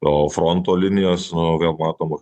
o fronto linijos vėl matom